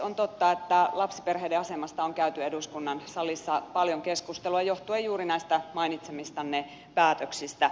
on totta että lapsiperheiden asemasta on käyty eduskunnan salissa paljon keskustelua johtuen juuri näistä mainitsemistanne päätöksistä